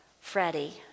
Freddie